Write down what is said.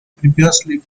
previously